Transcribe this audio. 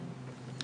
כן.